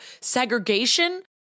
Segregation